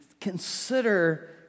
consider